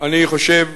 אני חושב,